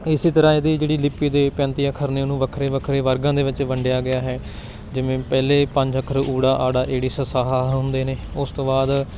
ਇਸ ਤਰ੍ਹਾਂ ਇਹਦੀ ਜਿਹੜੀ ਲਿਪੀ ਦੇ ਪੈਂਤੀ ਅੱਖਰ ਨੇ ਉਹਨੂੰ ਵੱਖਰੇ ਵੱਖਰੇ ਵਰਗਾਂ ਦੇ ਵਿੱਚ ਵੰਡਿਆ ਗਿਆ ਹੈ ਜਿਵੇਂ ਪਹਿਲੇ ਪੰਜ ਅੱਖਰ ੳ ਅ ੲ ਸ ਹ ਹੁੰਦੇ ਨੇ ਉਸ ਤੋਂ ਬਾਅਦ